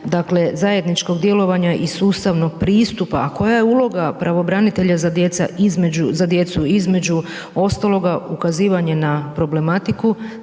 dakle, zajedničkog djelovanja i sustavnog pristupa, a koja je uloga pravobranitelja za djecu između ostaloga ukazivanje na problematiku,